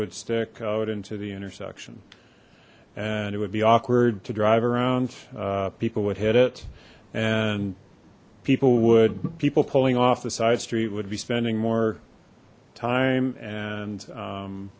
would stick out into the intersection and it would be awkward to drive around people would hit it and people would people pulling off the side street would be spending more time and